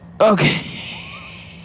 Okay